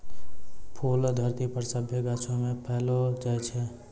फूल धरती पर सभ्भे गाछौ मे पैलो जाय छै